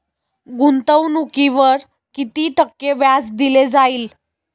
गुंतवणुकीवर किती टक्के व्याज दिले जाईल?